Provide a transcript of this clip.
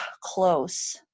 close